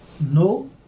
no